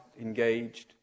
engaged